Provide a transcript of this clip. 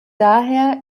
daher